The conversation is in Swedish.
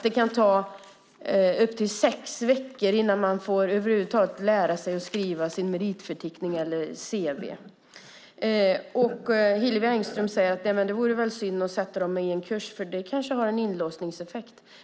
Det kan ta upp till sex veckor innan de över huvud taget får lära sig att skriva sin meritförteckning eller cv. Hillevi Engström säger att det vore synd att sätta dem på en kurs eftersom det kan ha en inlåsningseffekt.